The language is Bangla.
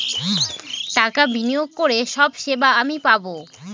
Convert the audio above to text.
টাকা বিনিয়োগ করে সব সেবা আমি পাবো